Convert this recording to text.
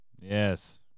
yes